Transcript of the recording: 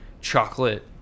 chocolate